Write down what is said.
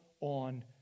on